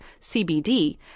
CBD